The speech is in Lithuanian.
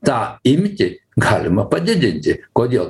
tą imtį galima padidinti kodėl